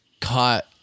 caught